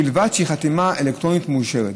ובלבד שהיא חתימה אלקטרונית מאושרת.